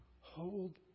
Hold